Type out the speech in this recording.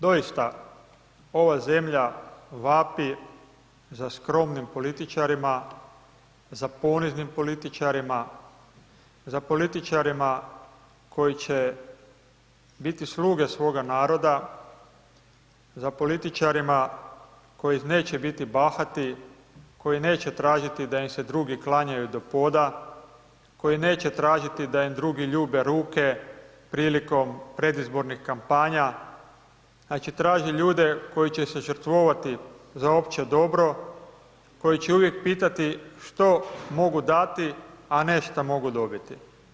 Doista, ova zemlja vapi za skromnim političarima, za poniznim političarima, za političarima koji će biti sluge svoga naroda, za političarima koji neće biti bahati, koji neće tražiti da im se drugi klanjaju do poda, koji neće tražiti da im drugi ljube ruke prilikom predizbornih kampanja, znači, traži ljude koji će se žrtvovati za opće dobro, koji će uvijek pitati što mogu dati, a ne šta mogu dobiti.